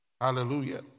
Hallelujah